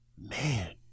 man